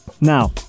Now